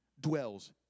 dwells